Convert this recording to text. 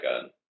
gun